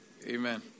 Amen